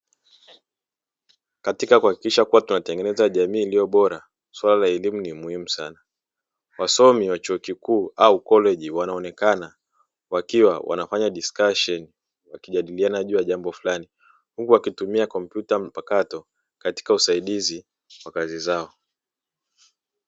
Katika kuhakikisha kuwa tunatengeneza jamii bora swala la elimu ni muhimu sana, wasomi wa chuo kikuu au college wanaonekana wakiwa wanafanya diskasheni, wakijadiliana juu ya jambo fulani huku wakitumia kompyuta mpakato katika usaidizi wa kazi zao.